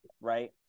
right